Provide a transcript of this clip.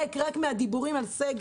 הוא ריק מהדיבורים על סגר.